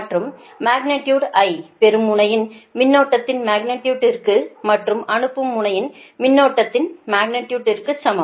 மற்றும் magnitude I பெறும் முனையின் மின்னோட்டதின் மக்னிடியுடுற்க்கு மற்றும் அனுப்பும் முனையின் மின்னோட்டதின் மக்னிடியுடுற்க்கு சமம்